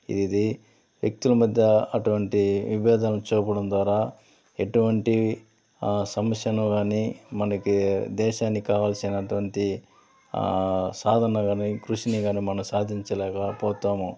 ఇది వ్యక్తుల మధ్య అటువంటి విభేదాలను చూపడం ద్వారా ఎటువంటి సమస్యను కానీ మనకి దేశానికి కావలసినటువంటి సాధన కాని కృషిని గాని మనం సాధించలేక పోతాము